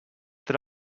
that